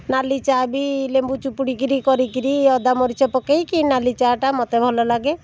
ନାଲି ଚା' ବି ଲେମ୍ବୁ ଚୁପୁଡ଼ି କିରି କରିକିରି ଅଦା ମରିଚ ପକେଇକି ନାଲି ଚା' ଟା ମୋତେ ଭଲ ଲାଗେ